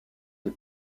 des